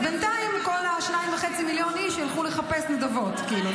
אז בינתיים כל ה-2.5 מיליון איש ילכו לחפש נדבות כאילו,